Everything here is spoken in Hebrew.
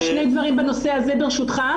רק שני דברים בנושא הזה ברשותך.